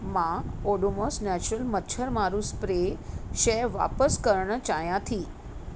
मां Odomos natural मच्छरमारू spray शइ वापसि करणु चाहियां थी